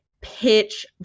pitch